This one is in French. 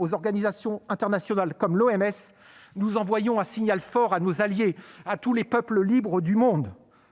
aux organisations internationales comme l'OMS, nous envoyons un signal fort à nos alliés, à tous les peuples libres du monde.